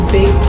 Big